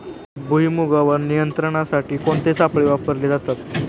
भुईमुगावर नियंत्रणासाठी कोणते सापळे वापरले जातात?